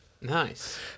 nice